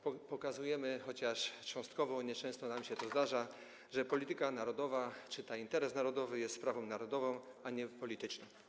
Pokazujemy chociaż cząstkowo, a nieczęsto nam się to zdarza, że polityka narodowa, czytaj: interes narodowy, jest sprawą narodową, a nie polityczną.